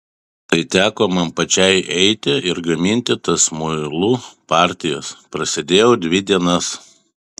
tai teko man pačiai eiti ir gaminti tas muilų partijas prasėdėjau dvi dienas